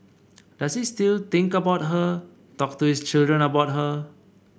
does he still think about her talk to his children about her